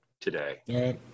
today